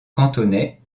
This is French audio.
cantonais